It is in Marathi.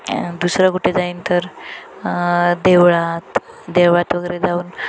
दुसरं कुठे जाईन तर देवळात देवळात वगैरे जाऊन